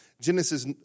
Genesis